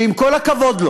שעם כל הכבוד לו על